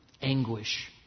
anguish